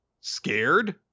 scared